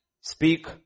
speak